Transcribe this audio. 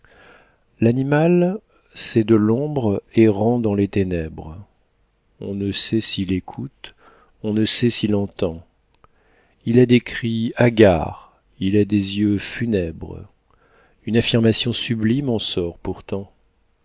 l'animal c'est de l'ombre errant dans les ténèbres on ne sait s'il écoute on ne sait s'il entend il a des cris hagards il a des yeux funèbres une affirmation sublime en sort pourtant